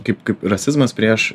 kaip kaip rasizmas prieš